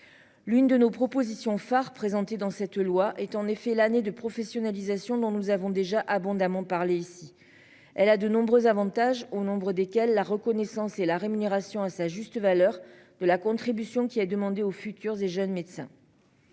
L'une de nos propositions phares présentées dans cette loi est en effet l'année de professionnalisation dont nous avons déjà abondamment parlé ici. Elle a de nombreux avantages, au nombre desquels la reconnaissance et la rémunération à sa juste valeur de la contribution qui a demandé aux futurs et jeunes médecins.